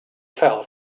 fell